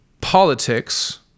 politics